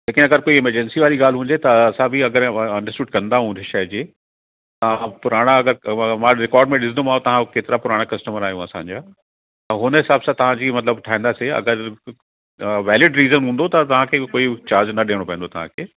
लेकिन अगरि कोई इमरजंसी वारी ॻाल्हि हुजे त असां बि अगिणे अंडरस्टूड कंदा ऐं उन शइ जी हा पुराणा अगरि व मां रोकॉर्ड में ॾिसिदोमाव तव्हां हो केतिरा पुराणा कस्टमर आहियूं असांजा त हुन हिसाब सां तव्हांजी मतिलब ठाहिदासीं अगरि वैलिड रीज़न हूंदो त तव्हांखे भई चार्ज न ॾियणो पवंदो तव्हांखे